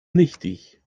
nichtig